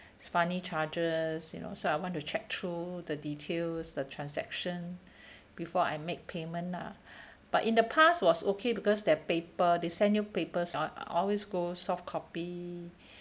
funny charges you know so I want to check through the details the transaction before I make payment lah but in the past was okay because they have paper they send your papers a~ always go soft copy